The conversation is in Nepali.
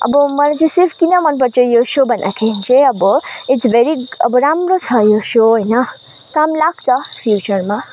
अब मलाई चाहिँ सिर्फ किन मनपर्छ यो सो भन्दाखेरि चाहिँ अब इट्स भेरी अब राम्रो छ यो सो होइन काम लाग्छ फ्युचरमा